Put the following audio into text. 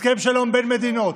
זה הסכם שלום בין מדינות.